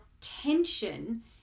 tension